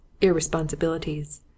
irresponsibilities